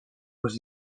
was